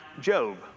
Job